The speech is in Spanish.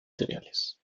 cereales